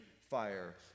fire